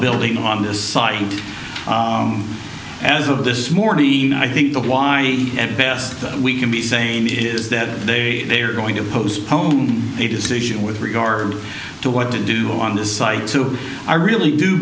building on this site as of this morning i think the why at best we can be saying is that they are going to postpone a decision with regard to what to do on this site sue i really do